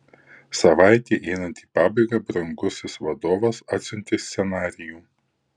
savaitei einant į pabaigą brangusis vadovas atsiuntė scenarijų